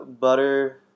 butter